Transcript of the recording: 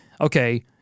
okay –